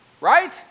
Right